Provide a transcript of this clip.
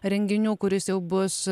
renginių kuris jau bus